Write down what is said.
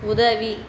உதவி